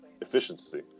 efficiency